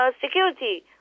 security